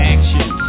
Action